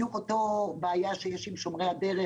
זו בדיוק אותה בעיה שיש עם שומרי הדרך.